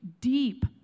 deep